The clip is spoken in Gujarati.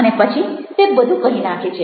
અને પછી તે બધું કહી નાંખે છે